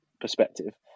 perspective